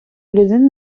людини